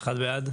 הצבעה בעד,